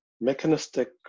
mechanistic